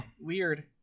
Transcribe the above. Weird